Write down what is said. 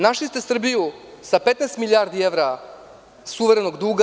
Našli ste Srbiju sa 15 milijardi evra suverenog duga.